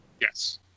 Yes